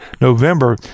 november